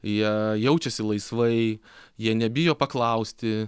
jie jaučiasi laisvai jie nebijo paklausti